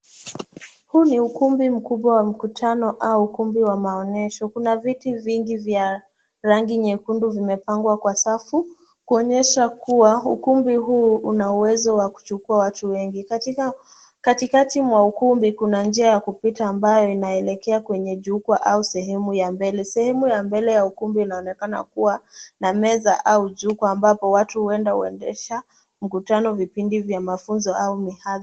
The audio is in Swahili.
Huu ni ukumbi mkubwa wa mkutano au ukumbi wa maonyesho. Kuna viti vingi vya rangi nyekundu vimepangwa kwa safu, kuonyesha kuwa ukumbi huu una uwezo wa kuchukua watu wengi. Katikati mwa ukumbi, kuna njia ya kupita ambayo inaeelekwa kwenye jukwaa au sehemu ya mbele. Sehemu ya mbele ya ukumbi inaonekana kuwa na meza au jukwaa ambapo watu huenda huendesha mkutano, vipindi vya mafunzo au mihadhara.